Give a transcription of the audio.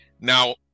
Now